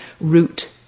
root